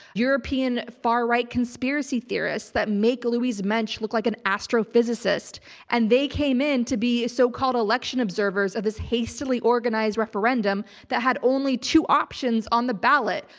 european far right conspiracy theorists that make louise mensch look like an astrophysicist and they came in to be so called election observers of this hastily organized referendum that had only two options on the ballot,